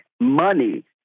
money